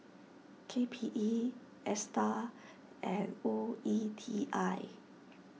K P E Astar and O E T I